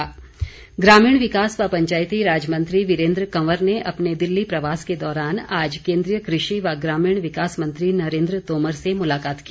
वीरेन्द्र कंवर ग्रामीण विकास व पंचायती राज मंत्री वीरेन्द्र कंवर ने अपने दिल्ली प्रवास के दौरान आज केन्द्रीय कृषि व ग्रामीण विकास मंत्री नरेन्द्र तोमर से मुलाकात की